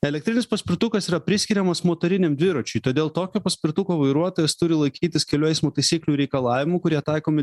elektrinis paspirtukas yra priskiriamas motoriniam dviračiui todėl tokio paspirtuko vairuotojas turi laikytis kelių eismo taisyklių reikalavimų kurie taikomi